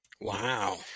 Wow